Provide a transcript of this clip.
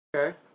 Okay